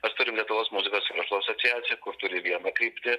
mes turim lietuvos muzikos ir verslo asociaciją kur turi vieną kryptį